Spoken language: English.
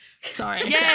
Sorry